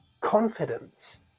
confidence